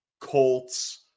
Colts